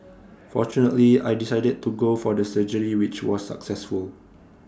fortunately I decided to go for the surgery which was successful